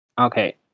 Okay